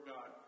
God